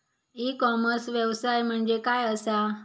E commerce व्यवसाय म्हणजे काय असा?